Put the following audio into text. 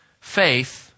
faith